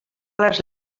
les